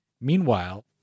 meanwhile